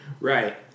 Right